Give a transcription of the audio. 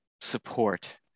support